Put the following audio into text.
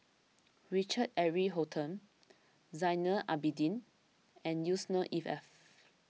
Richard Eric Holttum Zainal Abidin and Yusnor E F